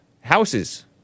houses